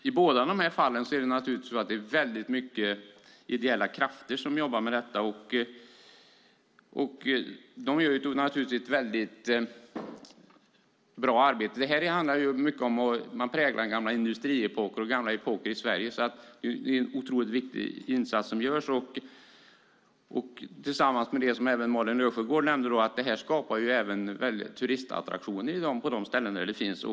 I båda fallen är det väldigt mycket ideella krafter som jobbar med detta. De gör naturligtvis ett mycket bra arbete. Här handlar det mycket om att prägla exempelvis gamla industriepoker i Sverige så det är en otroligt viktig insats som görs. Som Malin Löfsjögård nämnde skapar det här stora turistattraktioner på de ställen där det finns.